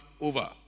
over